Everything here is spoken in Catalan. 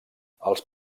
els